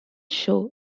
show